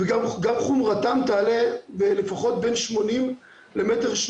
וגם חומרתן תעלה לפחות בין 80 סנטימטרים ל-1.3 מטר.